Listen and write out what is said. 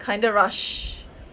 kind of rushed